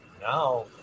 now